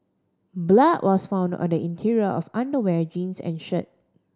blood was found on the interior of underwear jeans and shirt